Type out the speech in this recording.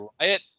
Riot